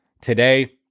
today